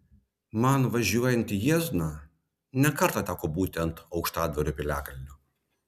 man važiuojant į jiezną ne kartą teko būti ant aukštadvario piliakalnio